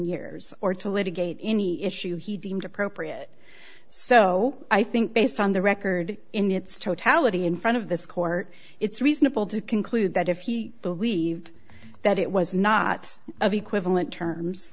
years or to litigate any issue he deemed appropriate so i think based on the record in its totality in front of this court it's reasonable to conclude that if he believed that it was not of equivalent terms